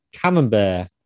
Camembert